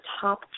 top